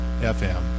FM